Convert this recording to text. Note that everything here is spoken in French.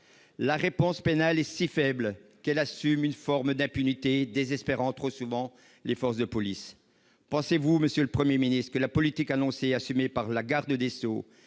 La réponse pénale est si faible qu'elle assume une forme d'impunité désespérant trop souvent les forces de police. Pensez-vous, monsieur le Premier ministre que la politique annoncée et assumée par la garde des sceaux